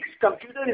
computer